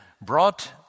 brought